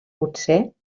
potser